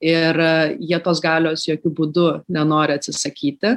ir jie tos galios jokiu būdu nenori atsisakyti